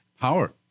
power